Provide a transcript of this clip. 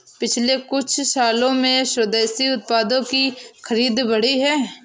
पिछले कुछ सालों में स्वदेशी उत्पादों की खरीद बढ़ी है